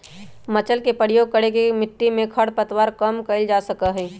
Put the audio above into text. mulch के प्रयोग करके मिट्टी में खर पतवार कम कइल जा सका हई